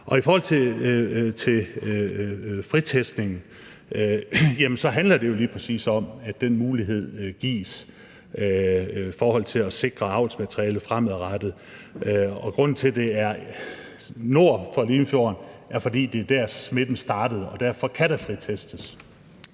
I forhold til fritestningen handler det jo lige præcis om, at den mulighed gives i forhold til at sikre avlsmateriale fremadrettet, og grunden til, at det er nord for Limfjorden, er, at det var der, smitten startede, og derfor kan der fritestes.